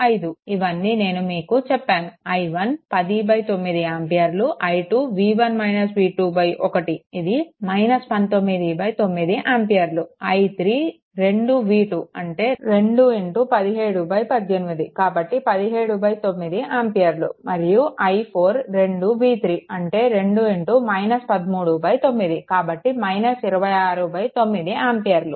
25 ఇవన్నీ నేను మీకు చెప్పాను i1 109 ఆంపియర్లు i 2 1 ఇది 19 9 ఆంపియర్లు i3 2 v2 అంటే 2 1718 కాబట్టి 179 ఆంపియర్లు మరియు i4 2v3 అంటే 2 13 9 కాబట్టి 269 ఆంపియర్లు